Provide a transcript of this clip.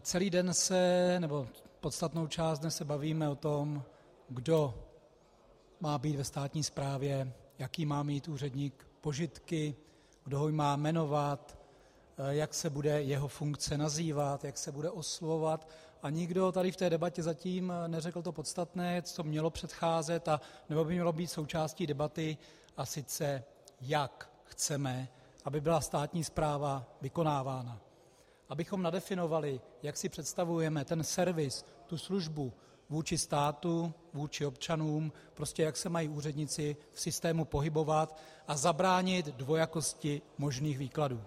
Celý den, nebo podstatnou část dne se bavíme o tom, kdo má být ve státní správě, jaké má mít úředník požitky, kdo ho má jmenovat, jak se bude jeho funkce nazývat, jak se bude oslovovat, a nikdo tady v debatě zatím neřekl to podstatné, co mělo předcházet a co mělo být součástí debaty, a sice jak chceme, aby byla státní správa vykonávána, abychom nadefinovali, jak si představujeme ten servis, tu službu vůči státu, vůči občanům, prostě jak se mají úředníci v systému pohybovat a zabránit dvojakosti možných výkladů.